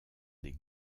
des